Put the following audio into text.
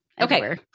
Okay